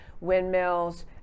Windmills